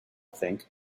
think